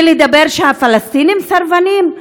ולהגיד שהפלסטינים סרבנים?